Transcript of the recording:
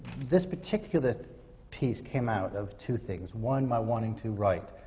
this particular piece came out of two things. one, my wanting to write,